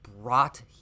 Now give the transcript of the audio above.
brought